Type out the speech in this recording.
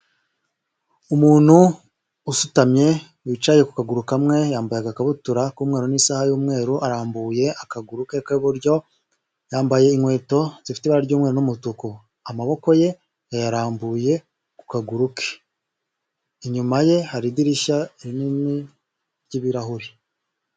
Umuntu usutamye wicaye ku kaguru kamwe, yambaye agakabutura k'umweru n'isaha y'umweru, arambuye akaguru ke k'iburyo, yambaye inkweto zifite ibara ry'umweru n'umutuku, amaboko ye yayarambuye ku kaguru ke, inyuma ye hari idirishya rinini ry'ibirahure.